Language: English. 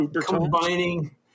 combining